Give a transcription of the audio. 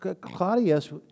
Claudius